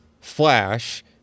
Flash